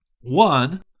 One